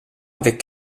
avec